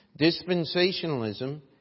Dispensationalism